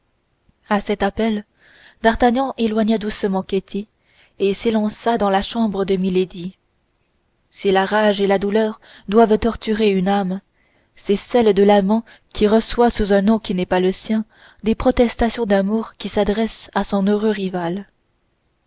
à cet appel d'artagnan éloigna doucement ketty et s'élança dans la chambre de milady si la rage et la douleur doivent torturer une âme c'est celle de l'amant qui reçoit sous un nom qui n'est pas le sien des protestations d'amour qui s'adressent à son heureux rival